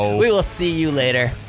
ah we will see you later.